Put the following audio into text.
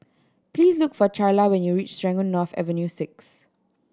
please look for Charla when you reach Serangoon North Avenue Six